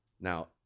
Now